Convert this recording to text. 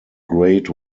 great